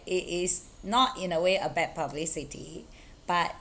it is not in a way a bad publicity but